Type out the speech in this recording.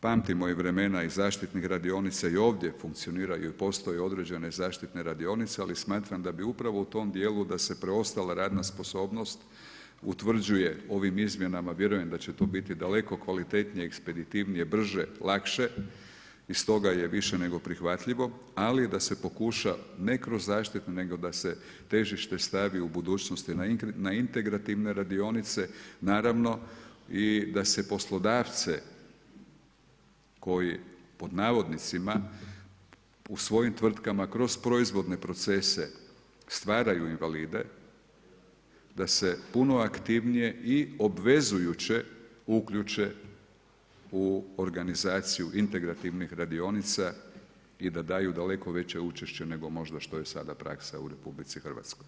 Pamtimo i vremena i zaštitnih radionica, i ovdje funkcioniraju i postoje određene zaštitne radionice ali smatram da bi upravo u tom djelu da se preostala radna sposobnosti utvrđuje ovim izmjenama, vjerujem da će tu biti daleko kvalitetnije, ekspeditivnije, brže, lakše i iz toga je više nego prihvatljivo, ali da se pokuša ne kroz zaštitu nego da se težište stavi u budućnost na integrativne radionice naravno i da se poslodavce koji „u svojim tvrtkama“ kroz proizvodne procese stvaraju invalide, da se puno aktivnije i obvezujuće uključe u organizaciju integrativnih radionica i da daju daleko veće učešće nego možda što je sada praksa u RH.